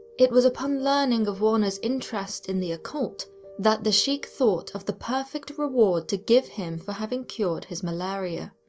it was upon learning of warner's interest in the occult that the sheikh thought of the perfect reward to give him for having cured his malaria.